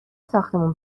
ساختمون